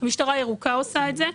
המשטרה הירוקה עושה את זה.